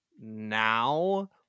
now